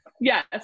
Yes